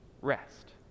rest